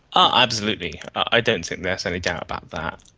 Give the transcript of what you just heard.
ah absolutely, i don't think there's any doubt about that.